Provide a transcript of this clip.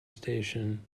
station